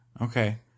Okay